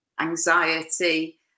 anxiety